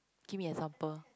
give me example